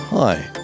Hi